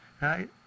right